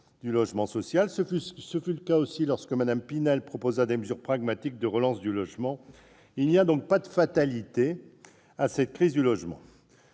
du logement social. Ce fut le cas également lorsque Mme Pinel proposa des mesures pragmatiques de relance du logement. Il n'y a donc pas de fatalité à la crise du logement.